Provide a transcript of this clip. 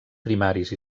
primaris